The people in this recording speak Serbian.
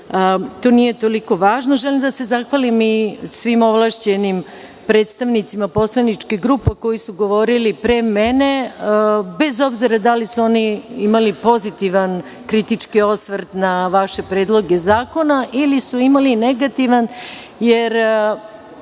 to nije toliko važno. Želim da se zahvalim i svim ovlašćenim predstavnicima poslaničkih grupa koji su govorili pre mene, bez obzira da li su imali pozitivan kritički osvrt na vaše predloge zakona ili su imali negativan, jer